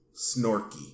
Snorky